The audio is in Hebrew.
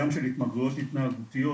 גם של התמכרויות התנהגותיות,